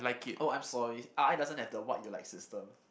oh I'm sorry R_I doesn't have to avoid system